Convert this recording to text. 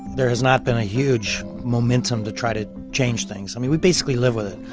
there has not been a huge momentum to try to change things. i mean, we basically live with it.